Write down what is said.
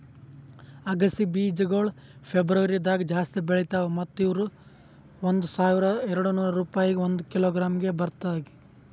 ಅಗಸಿ ಬೀಜಗೊಳ್ ಫೆಬ್ರುವರಿದಾಗ್ ಜಾಸ್ತಿ ಬೆಳಿತಾವ್ ಮತ್ತ ಇವು ಒಂದ್ ಸಾವಿರ ಎರಡನೂರು ರೂಪಾಯಿಗ್ ಒಂದ್ ಕಿಲೋಗ್ರಾಂಗೆ ಮಾರ್ತಾರ